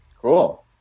Cool